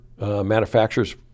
Manufacturers